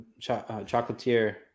Chocolatier